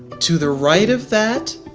to the right of that,